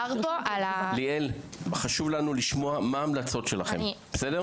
ליאל חשוב לנו לשמוע מה ההמלצות שלכם, בסדר?